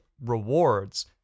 rewards